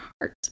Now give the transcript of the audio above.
heart